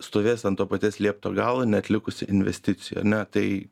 stovės ant to paties liepto galo neatlikusi investicijų ar ne tai